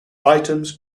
items